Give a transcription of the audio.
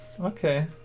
Okay